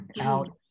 out